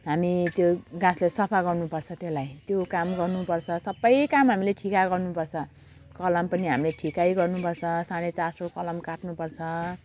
हामी त्यो गाछलाई सफा गर्नुपर्छ त्यसलाई त्यो काम गर्नुपर्छ सबै काम हामीले ठिका गर्नुपर्छ कलम पनि हामीले ठिकै गर्नुपर्छ साढे चार सौ कलम काट्नुपर्छ